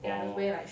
orh